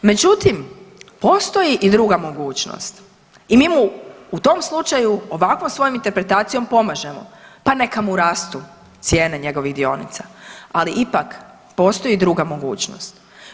Međutim, postoji i druga mogućnost i mi mu u tom slučaju ovakvom svojom interpretacijom pomažemo, pa neka mu rastu cijene njegovih dionica, ali ipak, postoji i druga mogućnost.